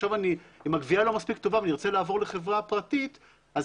אם הגבייה לא מספיק טובה אני ארצה לעבור לחברה הפרטית אז